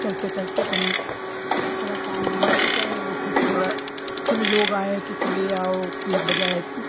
तैरते तैरते अपन थोड़ा काम धन्धा भी करना है फिर थोड़ा फिर लोग आए कि चले आओ एक बजा है